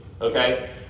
Okay